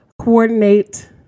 coordinate